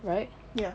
ya